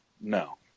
no